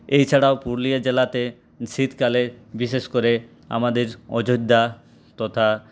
এই ছাড়াও পুরুলিয়া জেলাতে শীতকালে বিশেষ করে আমাদের অযোধ্যা তথা